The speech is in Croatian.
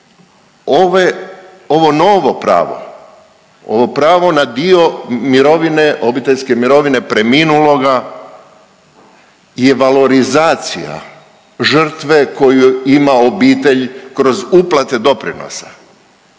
ovo novo pravo, ovo pravo na dio mirovine, obiteljske mirovine preminuloga je valorizacija žrtve koju ima obitelj kroz uplate doprinosa.